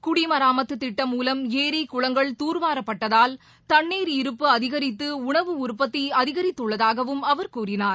குடிமராமத்து திட்டம் மூலம் ஏரி குளங்கள் தூர்வாரப்பட்டதால் தண்னீர் இருப்பு அதிகரித்து உணவு உற்பத்தி அதிகரித்துள்ளதாகவும் அவர் கூறினார்